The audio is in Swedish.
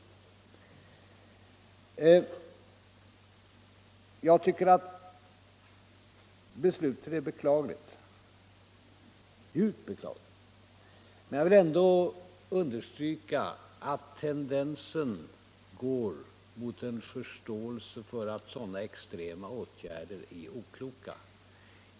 Jag tycker att beslutet är djupt beklagligt, men jag vill ändå understryka att tendensen går i riktning mot en förståelse för att sådana extrema åtgärder är okloka.